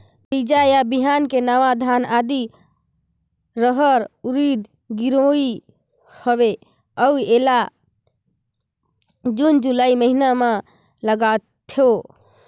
बीजा या बिहान के नवा धान, आदी, रहर, उरीद गिरवी हवे अउ एला जून जुलाई महीना म लगाथेव?